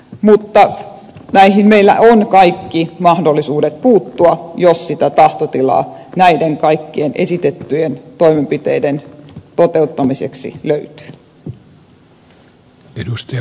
mutta näihin meillä on kaikki mahdollisuudet puuttua jos sitä tahtotilaa näiden kaikkien esitettyjen toimenpiteiden toteuttamiseksi löytyy